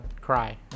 cry